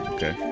Okay